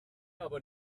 aber